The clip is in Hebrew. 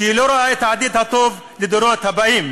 שאינה רואה את העתיד הטוב לדורות הבאים.